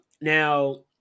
Now